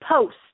post